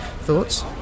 thoughts